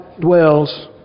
dwells